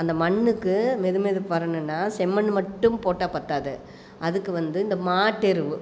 அந்த மண்ணுக்கு மெதுமெதுப்பு வரணும்னா செம்மண் மட்டும் போட்டால் பற்றாது அதுக்கு வந்து இந்த மாட்டு எருவு